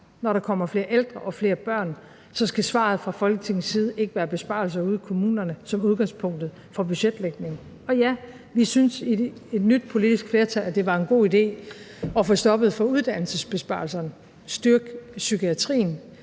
Når der kommer flere ældre og flere børn, skal svaret fra Folketingets side ikke være besparelser ude i kommunerne som udgangspunkt for budgetlægning. Og ja, vi synes i det nye politiske flertal, at det var en god idé at få stoppet for uddannelsesbesparelserne og styrket psykiatrien.